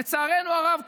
לצערנו הרב,